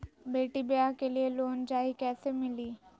बेटी ब्याह के लिए लोन चाही, कैसे मिली?